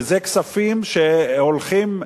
וזה כספים שהולכים.